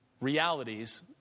realities